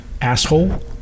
asshole